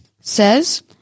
says